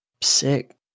Sick